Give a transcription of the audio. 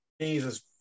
Jesus